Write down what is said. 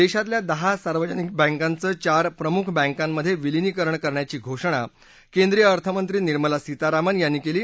देशातल्या दहा सार्वजनिक बँकांचं चार प्रमुख बँकांमध्ये विलीनीकरण करण्याची घोषणा केंद्रीय अर्थमंत्री निर्मला सीतारामन यांनी केली